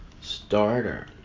starter